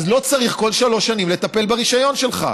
אז לא צריך כל שלוש שנים לטפל ברישיון שלך.